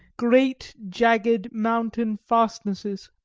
great jagged mountain fastnesses,